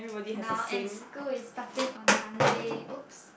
now and school is starting on Monday opps